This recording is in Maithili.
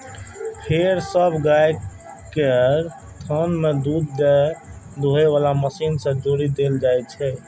फेर सब गाय केर थन कें दूध दुहै बला मशीन सं जोड़ि देल जाइ छै